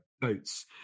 boats